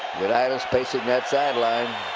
unitas pacing that sideline.